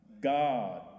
God